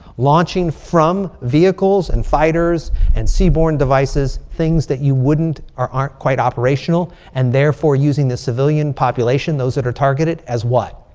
launching from vehicles and fighters and seaborne devices. things that you wouldn't or aren't quite operational. and therefore using the civilian population. those that are targeted as what?